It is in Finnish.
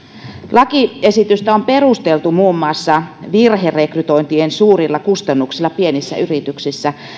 lakiesitystä on perusteltu muun muassa virherekrytointien suurilla kustannuksilla pienissä yrityksissä